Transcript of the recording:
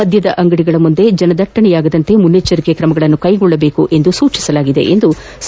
ಮದ್ದದ ಅಂಗಡಿಗಳ ಮುಂದೆ ಜನದಟ್ಟಣೆಯಾಗದಂತೆ ಮುನ್ನೆಚ್ಚರಿಕೆ ಕ್ರಮಗಳನ್ನು ಕೈಗೊಳ್ಳಬೇಕು ಸೂಚನೆ ನೀಡಲಾಗಿದೆ ಎಂದರು